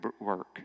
work